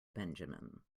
benjamin